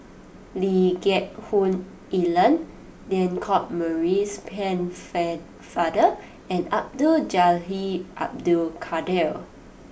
Lee Geck Hoon Ellen Lancelot Maurice Pennefather and Abdul Jalil Abdul Kadir